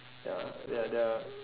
ya they are they are